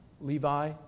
Levi